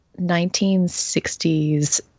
1960s